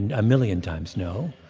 and a million times no.